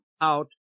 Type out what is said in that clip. out